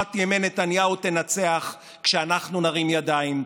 חשכת ימי נתניהו תנצח כשאנחנו נרים ידיים,